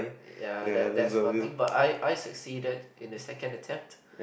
ya that that's one thing but I I succeeded in the second attempt